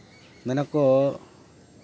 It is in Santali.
ᱢᱮᱱᱟᱠᱚ